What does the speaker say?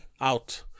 out